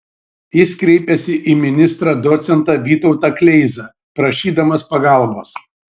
jis kreipėsi į ministrą docentą vytautą kleizą prašydamas pagalbos